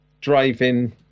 driving